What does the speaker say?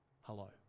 hello